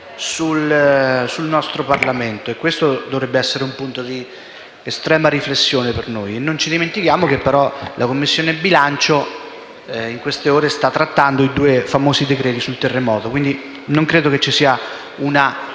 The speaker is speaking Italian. sul nostro Parlamento e questo dovrebbe essere un punto di estrema riflessione per noi. Non ci dimentichiamo che però la Commissione bilancio in queste ore sta trattando i due famosi provvedimenti sul terremoto. Non credo che ci sia una